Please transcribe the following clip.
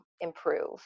improve